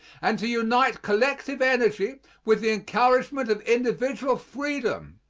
and to unite collective energy with the encouragement of individual freedom.